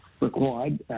required